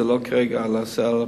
זה לא עומד כרגע על הפרק.